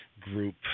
group